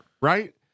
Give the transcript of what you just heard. Right